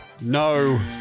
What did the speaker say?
No